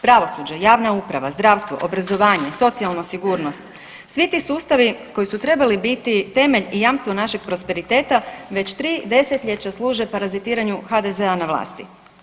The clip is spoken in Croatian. Pravosuđe, javna uprava, zdravstvo, obrazovanje, socijalna sigurnost svi ti sustavi koji su trebali biti temelj i jamstvo našeg prosperiteta već tri desetljeća služe parazitiranju HDZ-a na vlasti.